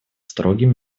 строгим